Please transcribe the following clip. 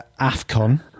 AFCON